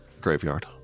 graveyard